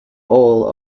all